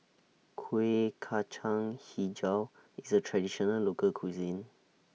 Kuih Kacang Hijau IS A Traditional Local Cuisine